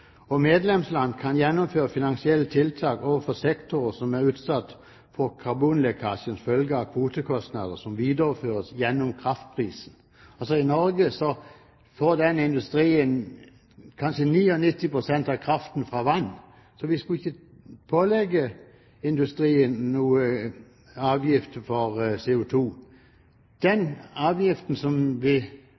CO2-utslipp. Medlemsland kan gjennomføre finansielle tiltak overfor sektorer som er utsatt for karbonlekkasjen som følge av kvotekostnader som videreføres gjennom kraftpris. I Norge får den industrien kanskje 99 pst. av kraften fra vann, så vi skulle ikke pålagt industrien noen avgift for CO2. Den avgiften som